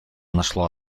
нашло